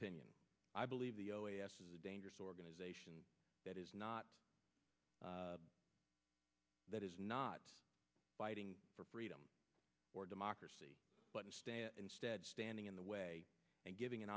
opinion i believe the oas is a dangerous organization that is not that is not fighting for freedom or democracy but instead standing in the way and giving an